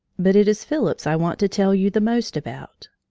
but it is phillips i want to tell you the most about.